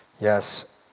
yes